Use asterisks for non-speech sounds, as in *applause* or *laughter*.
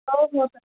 *unintelligible*